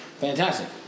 fantastic